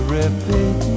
repeat